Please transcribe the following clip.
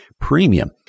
premium